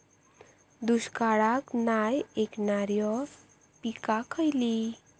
दुष्काळाक नाय ऐकणार्यो पीका खयली?